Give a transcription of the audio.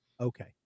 okay